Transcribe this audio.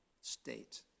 state